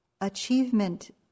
achievement